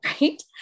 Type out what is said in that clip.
right